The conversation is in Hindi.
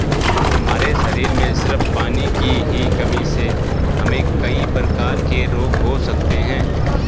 हमारे शरीर में सिर्फ पानी की ही कमी से हमे कई प्रकार के रोग हो सकते है